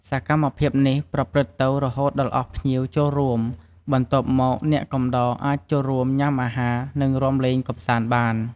សកម្មភាពនេះប្រព្រឹត្តទៅរហូតដល់អស់ភ្ញៀវចូលរួម បន្ទាប់មកអ្នកកំដរអាចចូលរួមញុាំអាហារ និងរាំលេងកំសាន្តបាន។